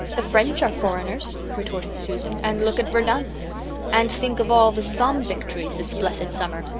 the french are foreigners, retorted susan, and look at verdun and think of all the somme victories this blessed summer.